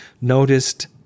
noticed